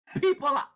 people